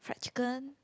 fried chicken